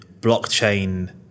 blockchain